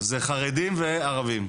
זה חרדים וערבים.